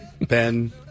Ben